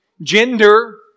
Gender